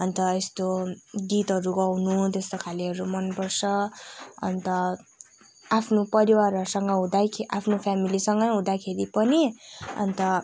अन्त यस्तो गीतरू गाउँनु त्यस्तो खालेहरू मन पर्छ अन्त आफ्नो परिवारहरूसँग हुँदै आफ्नो फेमिलीसँग हुँदाखेरि पनि अन्त